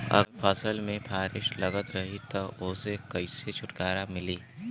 अगर फसल में फारेस्ट लगल रही त ओस कइसे छूटकारा मिली?